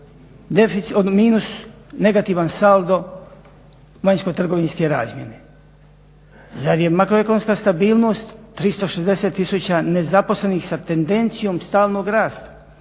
minus, negativan saldo vanjskotrgovinske razmjene? Zar je makroekonomska stabilnost 360 000 nezaposlenih sa tendencijom stalnog rasta?